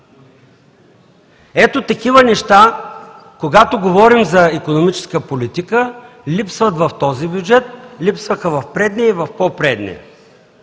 Ето такива неща, когато говорим за икономическа политика, липсват в този бюджет, липсваха в предния и в по-предния.